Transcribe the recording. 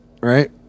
Right